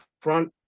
front